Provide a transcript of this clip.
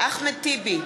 אחמד טיבי,